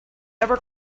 never